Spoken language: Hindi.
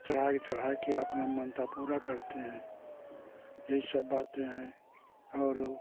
चढ़ा चढ़ा के अपना मान्यता पूरा करते हैं यही सब बाते हैं और